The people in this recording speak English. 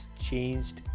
changed